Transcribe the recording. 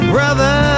Brother